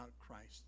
Christ